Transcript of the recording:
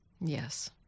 Yes